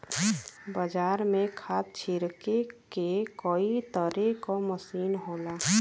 बाजार में खाद छिरके के कई तरे क मसीन होला